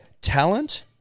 talent